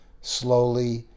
slowly